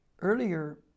Earlier